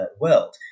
world